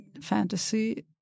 fantasy